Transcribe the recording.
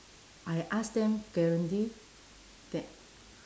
I ask them guarantee that